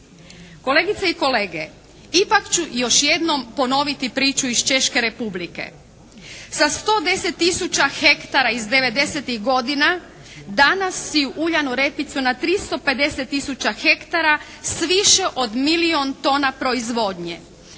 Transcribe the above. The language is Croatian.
Kolegice i kolege, ipak ću još jednom ponoviti priču iz Češke Republike. Sa 110 tisuća hektara ih 90-tih godina danas siju uljanu repicu na 350 tisuća hektara s više od milijun tona proizvodnje.